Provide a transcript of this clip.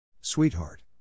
Sweetheart